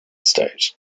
state